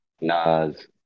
Nas